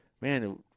Man